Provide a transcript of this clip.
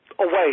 Away